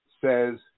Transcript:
says